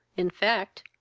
in fact,